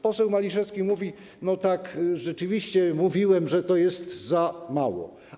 Poseł Maliszewski mówi: Tak, rzeczywiście mówiłem, że to jest za mało.